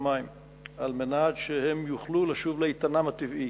מים על מנת שהם יוכלו לשוב לאיתנם הטבעי,